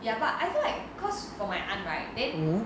ya but I feel like cause for my aunt right then